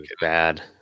bad